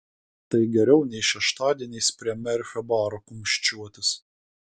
tai geriau nei šeštadieniais prie merfio baro kumščiuotis